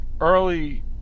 early